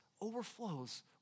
overflows